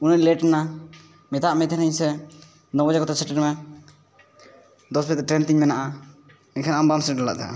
ᱩᱱᱟᱹᱜ ᱤᱧ ᱞᱮᱴ ᱮᱱᱟ ᱢᱮᱛᱟᱫ ᱢᱮ ᱛᱟᱦᱮᱱᱤᱧ ᱥᱮ ᱱᱚ ᱵᱟᱡᱮ ᱠᱚᱛᱮ ᱥᱮᱴᱮᱨ ᱢᱮ ᱫᱚᱥ ᱵᱟᱡᱮ ᱴᱨᱮᱱ ᱛᱤᱧ ᱢᱮᱱᱟᱜᱼᱟ ᱢᱮᱱᱠᱷᱟᱱ ᱟᱢ ᱵᱟᱢ ᱥᱮᱴᱮᱨ ᱞᱮᱱᱟ